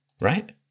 right